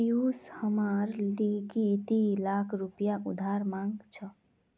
पियूष हमार लीगी दी लाख रुपया उधार मांग छ